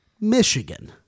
Michigan